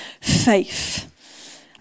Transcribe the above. faith